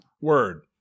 Word